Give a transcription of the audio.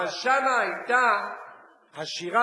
אבל שם היתה השירה,